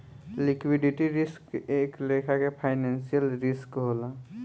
liquidity risk एक लेखा के फाइनेंशियल रिस्क होला